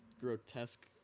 grotesque